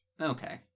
Okay